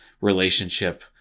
relationship